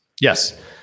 Yes